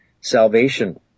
salvation